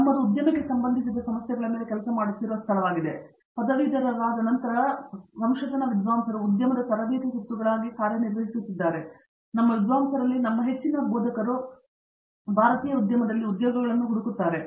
ನಮ್ಮದು ಉದ್ಯಮಕ್ಕೆ ಸಂಬಂಧಿಸಿದ ಸಮಸ್ಯೆಗಳ ಮೇಲೆ ಕೆಲಸ ಮಾಡುತ್ತಿರುವ ಸ್ಥಳವಾಗಿದೆ ಅವರು ಪದವೀಧರರಾದ ನಂತರ ವಿದ್ವಾಂಸರು ಉದ್ಯಮದ ತರಬೇತಿ ಸುತ್ತುಗಳಾಗಿ ಕಾರ್ಯನಿರ್ವಹಿಸುತ್ತಿದ್ದಾರೆ ಆದ್ದರಿಂದ ನಮ್ಮ ವಿದ್ವಾಂಸರಲ್ಲಿ ನಮ್ಮ ಹೆಚ್ಚಿನ ಬೋಧಕರು ಭಾರತೀಯ ಉದ್ಯಮದಲ್ಲಿ ಉದ್ಯೋಗಗಳನ್ನು ಹುಡುಕುತ್ತಾರೆ